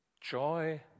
Joy